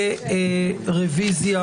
מכובדי,